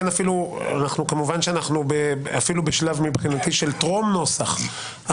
כמובן אנחנו בשלב מבחינתי של טרום נוסח,